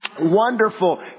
Wonderful